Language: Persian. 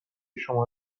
شما